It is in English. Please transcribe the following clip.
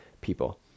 people